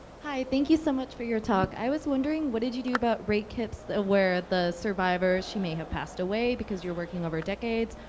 hi, thank you so much for your talk. i was wondering, what did you do about rape kits ah where the survivor, she may have passed away, because you're working over decades,